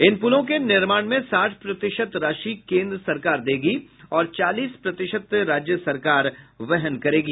इन पुलों के निर्माण में साठ प्रतिशत राशि केंद्र सरकार देगी और चालीस प्रतिशत राज्य सरकार वहन करेगी